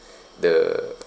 the